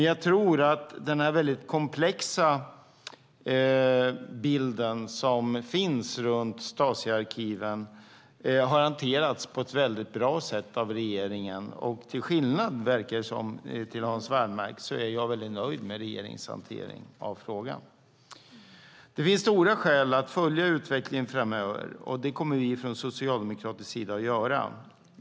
Jag tror dock att den här väldigt komplexa bilden som finns runt Stasiarkiven har hanterats på ett väldigt bra sätt av regeringen. Till skillnad, verkar det som, från Hans Wallmark är jag väldigt nöjd med regeringens hantering av frågan. Det finns stora skäl att följa utvecklingen framöver, och det kommer vi att göra från socialdemokratisk sida.